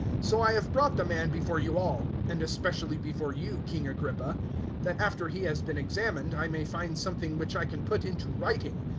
so i have brought the man before you all and especially before you, king agrippa that after he has been examined i may find something which i can put into writing.